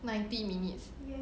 ninety minutes